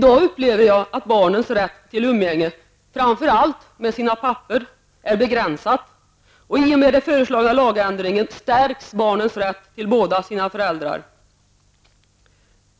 Jag upplever att barnens rätt till umgänge framför allt med sina pappor är begränsad i dag. I och med den föreslagna lagändringen stärks barnens rätt till båda sina föräldrar.